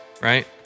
right